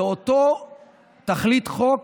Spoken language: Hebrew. זו אותה תכלית חוק,